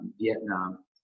vietnam